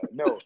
no